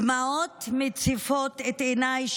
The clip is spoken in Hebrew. דמעות מציפות את עיניי,